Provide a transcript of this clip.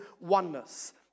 oneness